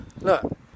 Look